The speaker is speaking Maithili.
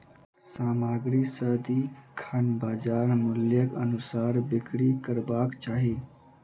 सामग्री सदिखन बजार मूल्यक अनुसार बिक्री करबाक चाही